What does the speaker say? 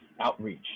outreach